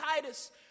Titus